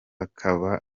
akaba